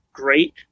great